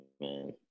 man